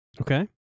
Okay